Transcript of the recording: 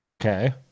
Okay